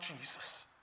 Jesus